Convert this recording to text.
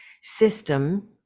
system